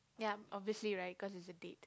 ya obviously right cause it's a date